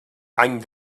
any